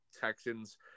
Texans